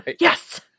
yes